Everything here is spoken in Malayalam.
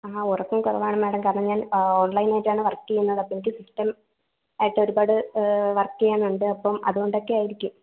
ആ ഉറക്കം കുറവാണ് മാഡം കാരണം ഞാൻ ഓൺലൈനിലായിട്ടാണ് വർക്ക് ചെയുന്നത് അപ്പോൾ എനിക്ക് സിസ്റ്റം ആയിട്ടൊരുപാട് വർക്ക് ചെയ്യാനുണ്ട് അപ്പം അതുകൊണ്ടൊക്കെയായിരിക്കും